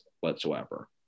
whatsoever